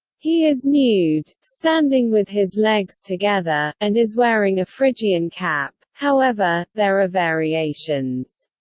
he is nude, standing with his legs together, and is wearing a phrygian cap however, there are variations.